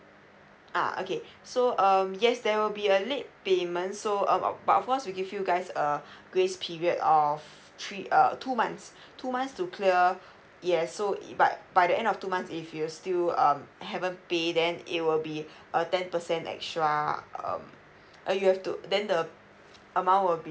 ah okay so um yes there will be a late payment so about but of course we give you guys a grace period of three uh two months two months to clear yes so it but by the end of two months if you still um haven't pay then it will be a ten percent extra um uh you have to then the amount will be